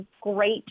great